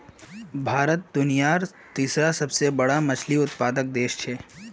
भारत दुनियार तीसरा सबसे बड़ा मछली उत्पादक देश छे